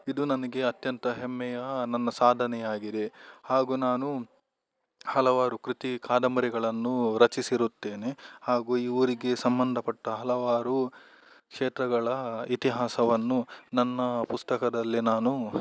ಇದು ನನಗೆ ಅತ್ಯಂತ ಹೆಮ್ಮೆಯ ನನ್ನ ಸಾಧನೆ ಆಗಿದೆ ಹಾಗೂ ನಾನು ಹಲವಾರು ಕೃತಿ ಕಾದಂಬರಿಗಳನ್ನು ರಚಿಸಿರುತ್ತೇನೆ ಹಾಗೂ ಈ ಊರಿಗೆ ಸಂಬಂಧಪಟ್ಟ ಹಲವಾರು ಕ್ಷೇತ್ರಗಳ ಇತಿಹಾಸವನ್ನು ನನ್ನ ಪುಸ್ತಕದಲ್ಲಿ ನಾನು